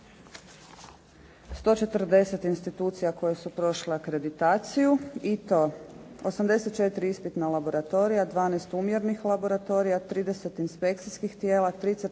140 institucija koje su prošle akreditaciju i to 84 ispitna laboratorija, 12 umjerenih laboratorija, 30 inspekcijskih tijela, 3